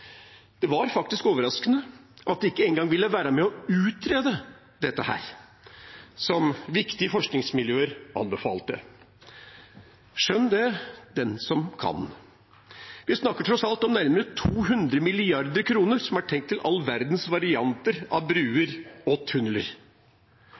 Det var faktisk overraskende at de ikke engang ville være med på å utrede dette, som viktige forskningsmiljøer anbefalte. Skjønn det, den som kan. Vi snakker tross alt om nærmere 200 mrd. kr som er tenkt til all verdens varianter av